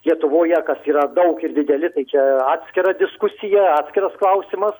lietuvoje kas yra daug ir dideli tai čia atskira diskusija atskiras klausimas